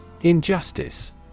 Injustice